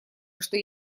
что